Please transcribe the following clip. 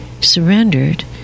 surrendered